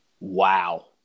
Wow